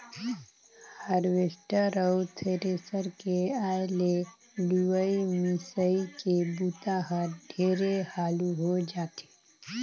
harvester अउ thresher के आए ले लुवई, मिंसई के बूता हर ढेरे हालू हो जाथे